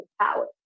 power